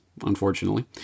unfortunately